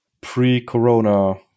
pre-corona